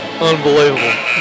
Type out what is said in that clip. unbelievable